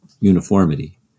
uniformity